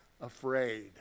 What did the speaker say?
afraid